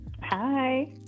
hi